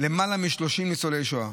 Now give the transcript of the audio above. למעלה מ-30 ניצולי שואה.